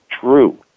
true